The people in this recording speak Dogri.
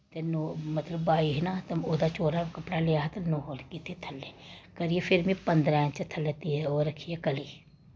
मतलव बाई ही न ओह्दा चौरा कपड़े लेआ हा ते नौ कीती थल्ले करियै फिर में पंदरां इंच थल्लै ओह् रक्खी ऐ कली